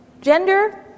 Gender